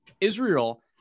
Israel